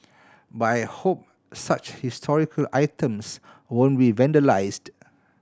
but I hope such historical items won't be vandalised